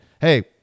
hey